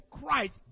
Christ